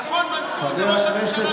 נכון, מנסור זה ראש הממשלה,